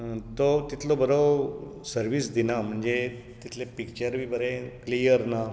अ तो तितलो बरो सर्वीस दिना म्हणजे तितलें पिक्चर बी बरें क्लियर ना